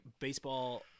Baseball